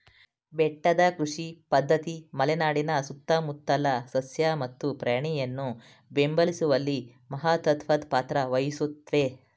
ಬೆಟ್ಟದ ಕೃಷಿ ಪದ್ಧತಿ ಮಲೆನಾಡಿನ ಸುತ್ತಮುತ್ತಲ ಸಸ್ಯ ಮತ್ತು ಪ್ರಾಣಿಯನ್ನು ಬೆಂಬಲಿಸುವಲ್ಲಿ ಮಹತ್ವದ್ ಪಾತ್ರ ವಹಿಸುತ್ವೆ